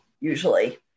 usually